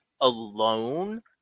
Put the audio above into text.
alone